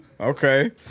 Okay